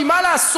כי מה לעשות,